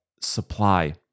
supply